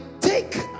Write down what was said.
take